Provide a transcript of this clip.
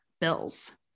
bills